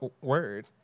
word